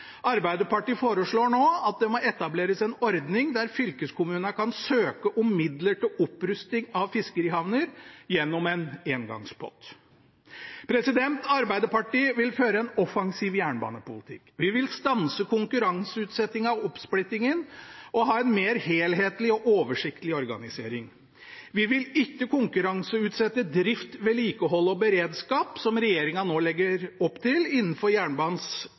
Arbeiderpartiet foreslår nå at det må etableres en ordning der fylkeskommunene kan søke om midler til opprusting av fiskerihavner gjennom en engangspott. Arbeiderpartiet vil føre en offensiv jernbanepolitikk. Vi vil stanse konkurranseutsettingen og oppsplittingen og ha en mer helhetlig og oversiktlig organisering. Vi vil ikke konkurranseutsette drift, vedlikehold og beredskap, som regjeringen nå legger opp til innenfor jernbanens